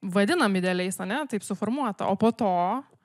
vadinam idealiais ane taip suformuota o po to